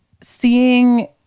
seeing